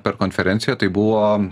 per konferenciją tai buvo